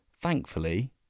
Thankfully